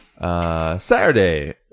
Saturday